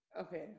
Okay